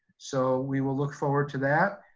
so we will look forward to that,